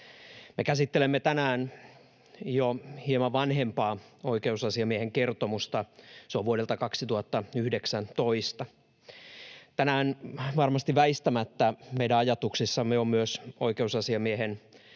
käsittelemme tänään jo hieman vanhempaa oikeusasiamiehen kertomusta, se on vuodelta 2019. Tänään varmasti väistämättä meidän ajatuksissamme on myös oikeusasiamiehen